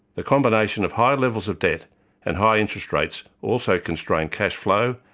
the combination of high levels of debt and high interest rates also constrain cashflow,